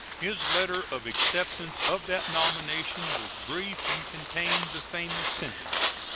his letter of acceptance of that nomination was brief, and contained the famous sentence,